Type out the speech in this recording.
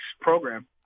program